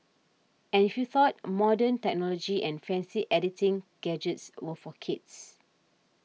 and if you thought modern technology and fancy editing gadgets were for kids